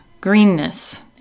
greenness